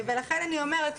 ולכן אני אומרת,